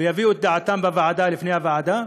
ויביעו את דעתם בוועדה, לפני הוועדה.